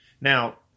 Now